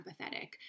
empathetic